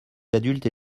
adultes